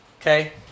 Okay